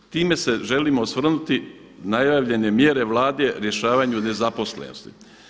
Time se želimo osvrnuti najavljene mjere Vlade rješavanju nezaposlenosti.